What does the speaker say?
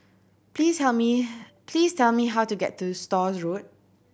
please tell me please tell me how to get to Stores Road